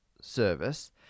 service